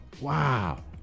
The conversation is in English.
Wow